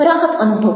રાહત અનુભવો